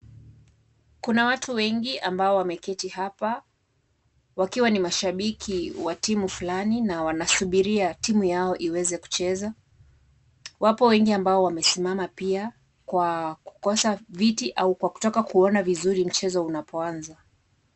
Kuna watu wengi ambao wameketi hapa wakiwa ni mashabiki wa timu fulani, na wanasubiria timu yao iweze kucheza wapo wengi ambao wamesimama pia kwa kukosa viti au kwa kutaka kuona vizuri mchezo ukianza.